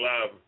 love